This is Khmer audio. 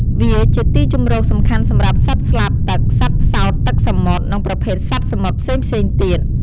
វាជាទីជម្រកសំខាន់សម្រាប់សត្វស្លាបទឹក សត្វផ្សោតទឹកសមុទ្រ និងប្រភេទសត្វសមុទ្រផ្សេងៗទៀត។